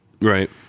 Right